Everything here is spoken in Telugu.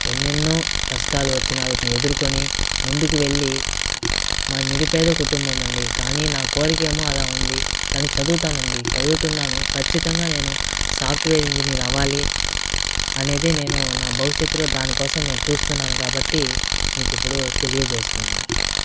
ఎన్నెన్నో కష్టాలు వచ్చినా వాటిని ఎదుర్కొని ముందుకు వెళ్ళి మా నిరుపేద కుటుంబమండి కానీ నా కోరిక ఏమో అలా ఉంది కాని చదువుతానండి చదువుతున్నాను ఖచ్చితంగా నేను సాఫ్ట్వేర్ ఇంజినీర్ అవ్వాలి అనేది నేను నా భవిష్యత్తులో దానికోసం నేను చూస్తున్నాను కాబట్టి మీకిప్పుడు తెలియజేస్తున్నాను